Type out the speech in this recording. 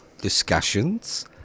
discussions